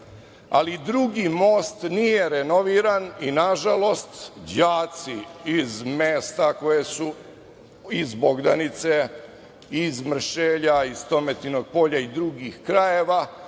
ali drugi most nije renoviran i nažalost đaci koji su iz Bogdanice, iz Mršelja, iz Tometinog polja, iz drugih krajeva